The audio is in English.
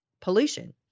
pollution